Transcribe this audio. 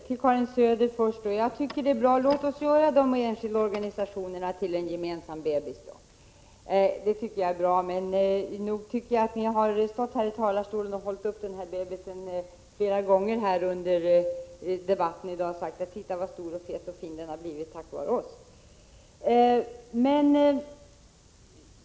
Herr talman! Först till Karin Söder: Det är bra. Låt oss göra de enskilda organisationerna till en gemensam bebis då. Men nog tycker jag att ni har stått här i talarstolen och hållit upp den bebisen flera gånger under debatten i dag och sagt: Titta, så stor och fet och fin den har blivit tack vare oss!